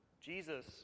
Jesus